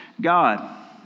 God